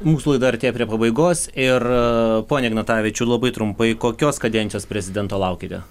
mūsų laida artėja prie pabaigos ir pone ignatavičiau labai trumpai kokios kadencijos prezidento laukiate